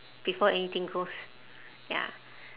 before anything goes ya